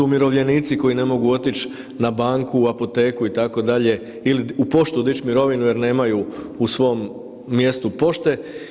Umirovljenici koji ne mogu otići na banku, u apoteku, itd., ili u poštu dići mirovinu jer nemaju u svom mjestu pošte.